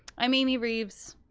i'm amy reeves,